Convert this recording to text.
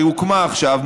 שהוקמה עכשיו,